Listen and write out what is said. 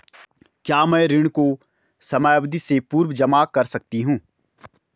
क्या मैं ऋण को समयावधि से पूर्व जमा कर सकती हूँ?